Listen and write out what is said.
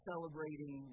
celebrating